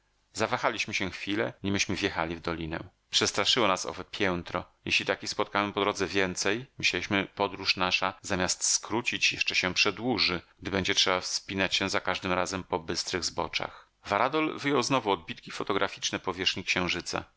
zawahaliśmy się chwilę nimeśmy wjechali w dolinę przestraszyło nas owe piętro jeśli takich spotkamy po drodze więcej myśleliśmy podróż nasza zamiast skrócić jeszcze się przedłuży gdy będzie trzeba wspinać się za każdym razem po bystrych zboczach varadol wyjął znowu odbitki fotograficzne powierzchni księżyca